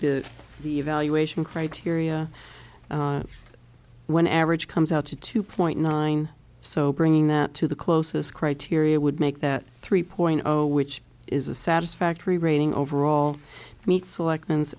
to the evaluation criteria when average comes out to two point nine so bringing that to the closest criteria would make that three point zero which is a satisfactory rating overall to meet selections